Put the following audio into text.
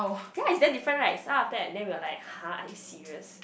ya is damn different right so after that then we are like !huh! are you serious